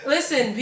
Listen